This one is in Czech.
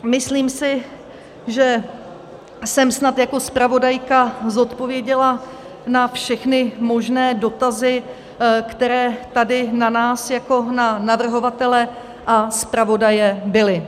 Myslím si, že jsem snad jako zpravodajka zodpověděla na všechny možné dotazy, které tady na nás jako na navrhovatele a zpravodaje byly.